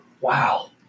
Wow